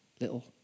Little